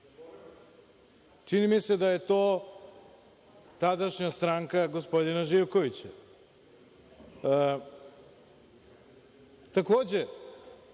Čini mi se da je to tadašnja stranka gospodina Živkovića. Takođe,